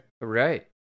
Right